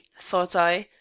thought i,